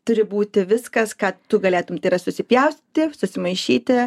turi būti viskas ką tu galėtum tai yra susipjaustyti susimaišyti